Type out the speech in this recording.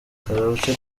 karrueche